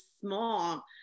small